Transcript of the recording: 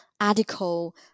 article